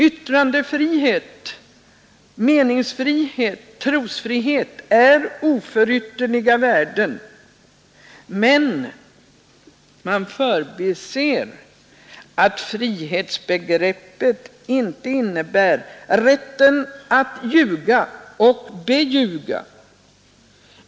Yttrandefrihet, meningsfrihet och trosfrihet är oförytterliga värden, men man förbiser attfrihetsbegreppet inte innebär rätten att ljuga och beljuga.